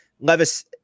Levis